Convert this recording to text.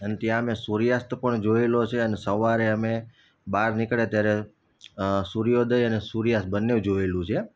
અન ત્યાં મેં સૂર્યાસ્ત પણ જોયેલો છે અને સવારે અમે બહાર નિકળ્યા ત્યારે સૂર્યોદય અને સૂર્યાસ્ત બન્ને જોયેલું છે